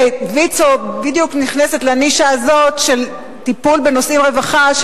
ויצו בדיוק נכנסת לנישה הזאת של טיפול בנושאי רווחה,